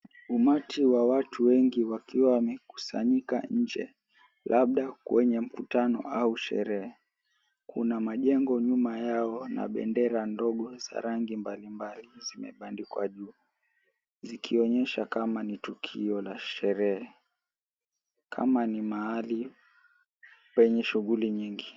Umati wa watu wengi wakiwa wamekusanyika nje labda kwenye mkutano au sherehe. Kuna majengo nyuma yao na bendera ndogo za rangi mbalimbali zimebandikwa juu zikionyesha kama ni tukio la sherehe, kama ni mahali penye shughuli nyingi.